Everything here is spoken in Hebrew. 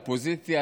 אופוזיציה,